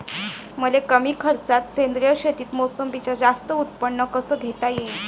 मले कमी खर्चात सेंद्रीय शेतीत मोसंबीचं जास्त उत्पन्न कस घेता येईन?